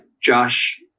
Josh